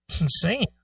insane